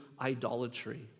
idolatry